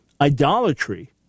Idolatry